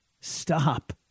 Stop